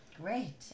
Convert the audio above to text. Great